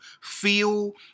feel